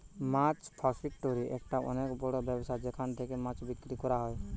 মাছ ফাসিকটোরি একটা অনেক বড় ব্যবসা যেখান থেকে মাছ বিক্রি করা হয়